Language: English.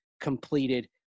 completed